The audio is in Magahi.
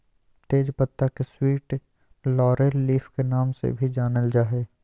तेज पत्ता के स्वीट लॉरेल लीफ के नाम से भी जानल जा हइ